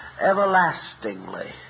everlastingly